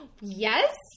Yes